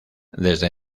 desde